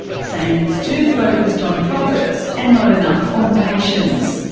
saying it's too focussed on profits, and not enough on patients.